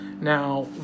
Now